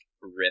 rip